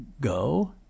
go